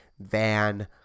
Van